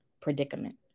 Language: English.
predicament